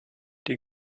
die